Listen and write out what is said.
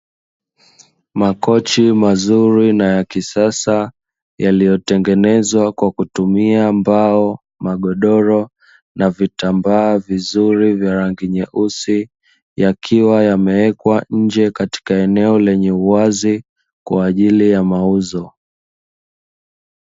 Makochi mazuri na ya kisasa, yaliyotengenezwa kwa kutumia mbao, magodoro na vitambaa vizuri vya rangi nyeusi,. Yakiwa yamewekwa nje katika eneo lenye uwazi, kwa ajili ya mauzo.